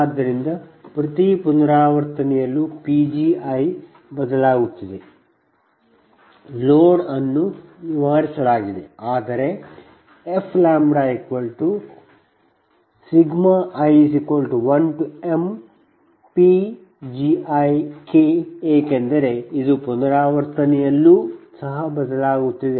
ಆದ್ದರಿಂದ ಪ್ರತಿ ಪುನರಾವರ್ತನೆಯಲ್ಲೂ Pgiಬದಲಾಗುತ್ತಿದೆ ಲೋಡ್ ಅನ್ನು ನಿವಾರಿಸಲಾಗಿದೆ ಆದರೆ fi1mPgiK ಏಕೆಂದರೆ ಇದು ಪುನರಾವರ್ತನೆಯಲ್ಲೂ ಸಹ ಬದಲಾಗುತ್ತಿದೆ